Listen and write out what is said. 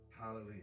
Hallelujah